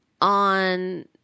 on